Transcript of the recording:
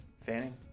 Fanning